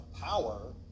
power